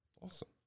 Awesome